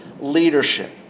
leadership